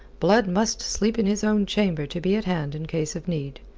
blood must sleep in his own chamber to be at hand in case of need.